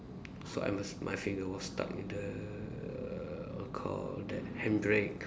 so I must my finger was stuck in the what you call that handbrake